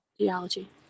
geology